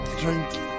drinking